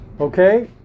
Okay